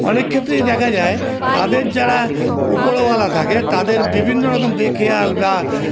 অনেক ক্ষেত্রেই দেখা যায় তাদের যারা উপরওয়ালা থাকে তাদের বিভিন্ন রকম বেখেয়াল বা